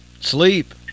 Sleep